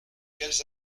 quels